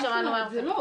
זה לא.